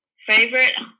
Favorite